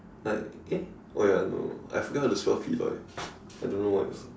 like eh oh ya no I forget how to spell Feloy I don't know why also